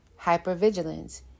Hypervigilance